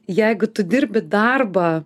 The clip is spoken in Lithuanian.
jeigu tu dirbi darbą